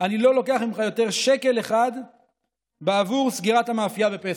אני לא לוקח ממך יותר שקל אחד בעבור סגירת המאפייה בפסח.